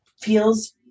feels